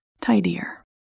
tidier